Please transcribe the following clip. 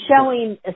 showing